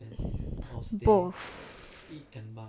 both